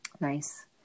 nice